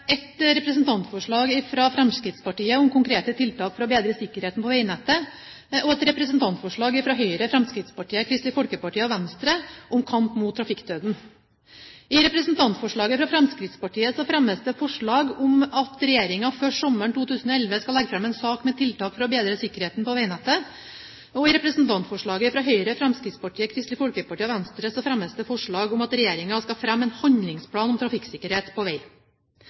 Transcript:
et representantforslag fra Fremskrittspartiet om konkrete tiltak for å bedre sikkerheten på veinettet, og et representantforslag fra Høyre, Fremskrittspartiet, Kristelig Folkeparti og Venstre om kamp mot trafikkdøden. I representantforslaget fra Fremskrittspartiet fremmes det forslag om at regjeringen før sommeren 2011 skal legge fram en sak med tiltak for å bedre sikkerheten på veinettet, og i representantforslaget fra Høyre, Fremskrittspartiet, Kristelig Folkeparti og Venstre fremmes det forslag om at regjeringen skal fremme en handlingsplan om trafikksikkerhet på vei.